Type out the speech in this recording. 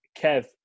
Kev